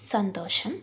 സന്തോഷം